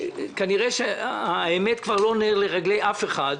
כנראה שהאמת היא כבר לא נר לרגלי אף אחד,